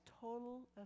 total